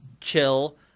chill